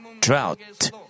drought